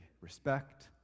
respect